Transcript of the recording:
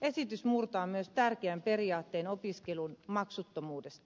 esitys murtaa myös tärkeän periaatteen opiskelun maksuttomuudesta